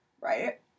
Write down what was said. Right